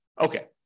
okay